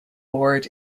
board